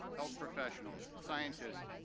health professionals, scientists,